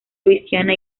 luisiana